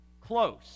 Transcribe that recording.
close